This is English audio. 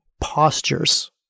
postures